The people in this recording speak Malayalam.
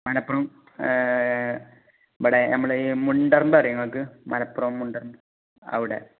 മലപ്പുറം ഇവിടെ നമ്മൾ ഈ മുണ്ടമ്പ്ര അറിയുമോ നിങ്ങൾക്ക് മലപ്പുറം മുണ്ടമ്പ്ര അവിടെ